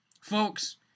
Folks